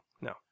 No